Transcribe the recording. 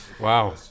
Wow